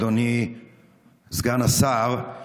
אדוני סגן השר,